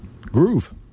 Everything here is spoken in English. Groove